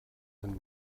kann